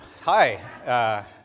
Hi